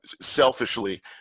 selfishly